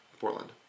Portland